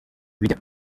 bijya